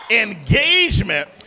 engagement